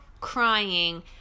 crying